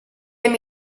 amb